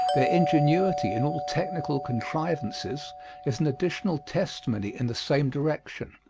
their ingenuity in all technical contrivances is an additional testimony in the same direction,